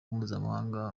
mpuzamahanga